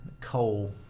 coal